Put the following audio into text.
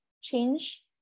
change